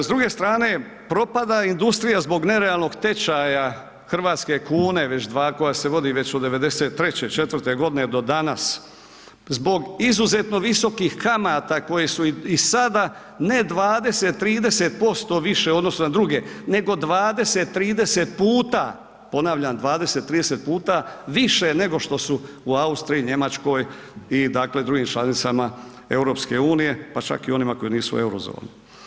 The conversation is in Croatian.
S druge strane, propada industrija zbog nerealnog tečaja hrvatske kune već, koja se vodi već od '93.-'4.g. do danas, zbog izuzetno visokih kamata koje su i sada ne 20-30% više u odnosu na druge nego 20-30 puta, ponavljam 20-30 puta više nego što su u Austriji i Njemačkoj i dakle drugim članicama EU, pa čak i onima koje nisu u Eurozoni.